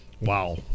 wow